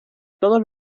todos